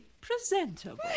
Presentable